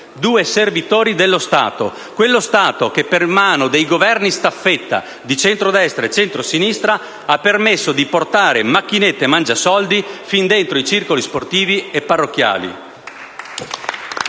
due servitori dello Stato, quello Stato che per mano dei Governi staffetta di centro-destra e centro-sinistra ha permesso di portare macchinette mangia soldi fin dentro i circoli sportivi e parrocchiali.